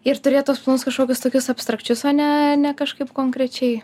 ir turėt tuos kažkokius tokius abstrakčius o ne ne kažkaip konkrečiai